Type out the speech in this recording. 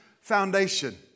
foundation